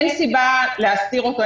אין סיבה להסתיר אותו,